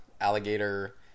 Alligator